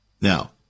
Now